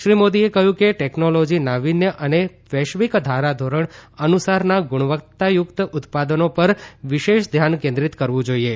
શ્રી મોદીએ કહ્યું કે ટેકનોલોજી નાવીન્ય અને વૈશ્વિક ધારાધોરણ અનુસારના ગુણવત્તાયુક્ત ઉત્પાદનો પર વિશેષ ધ્યાન કેન્દ્રિત કરવું જોઈએ